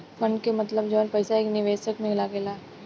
fund के मतलब जवन पईसा एक निवेशक में लागेला